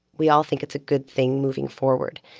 we all think it's a good thing moving forward.